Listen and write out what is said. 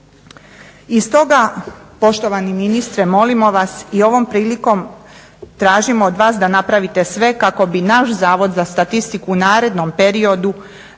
Iz toga poštovani ministre molimo vas i ovom prilikom tražimo od vas da napravite sve kako bi naš Zavod za statistiku u narednom periodu